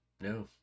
no